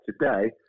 today